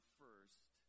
first